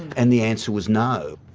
and the answer was no.